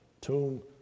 tomb